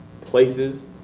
places